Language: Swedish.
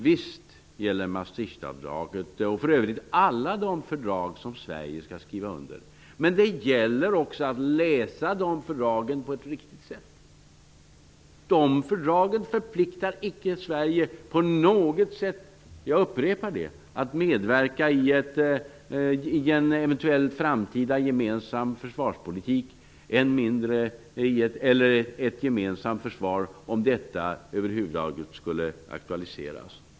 Visst gäller Maastrichtavtalet och för övrigt alla de fördrag som Sverige skall skriva under. Men det gäller också att läsa dessa fördrag på ett riktigt sätt. Dessa fördrag förpliktar icke Sverige på något sätt, jag upprepar det, att medverka i en eventuell framtida gemensam försvarspolitik, än mindre i ett gemensamt försvar om detta över huvud taget skulle aktualiseras.